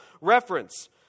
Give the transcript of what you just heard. reference